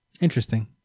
interesting